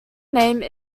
name